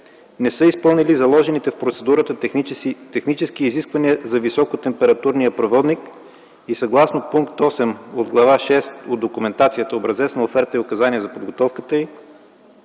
не са изпълнили заложените в процедурата технически изисквания за високотемпературния проводник и съгласно пункт 8 от Глава шеста от документацията - образец на оферта и указания за подготовката й,